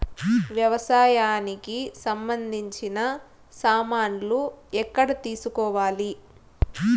వ్యవసాయానికి సంబంధించిన సామాన్లు ఎక్కడ తీసుకోవాలి?